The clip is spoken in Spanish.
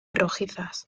rojizas